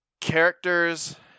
Characters